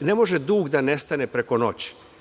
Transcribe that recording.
ne može dug da nestane preko noći,